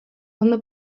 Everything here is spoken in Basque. ondo